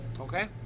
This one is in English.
Okay